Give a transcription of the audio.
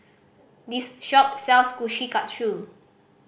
this shop sells Kushikatsu